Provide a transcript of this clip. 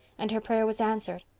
and her prayer was answered.